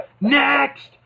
Next